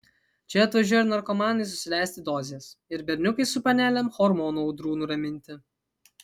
čia atvažiuoja ir narkomanai susileisti dozės ir berniukai su panelėm hormonų audrų nuraminti